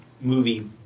movie